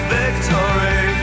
victory